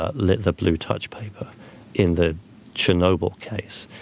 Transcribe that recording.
ah let the blue touch paper in the chernobyl case.